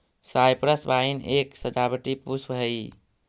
cypress vine एक सजावटी पुष्प हई